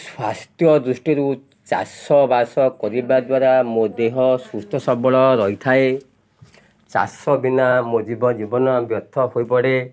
ସ୍ୱାସ୍ଥ୍ୟ ଦୃଷ୍ଟିରୁ ଚାଷବାସ କରିବା ଦ୍ୱାରା ମୋ ଦେହ ସୁସ୍ଥସବଳ ରହିଥାଏ ଚାଷ ବିନା ମୋ ଜୀବ ଜୀବନ ବ୍ୟର୍ଥ ହୋଇପଡ଼େ